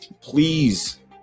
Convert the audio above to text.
please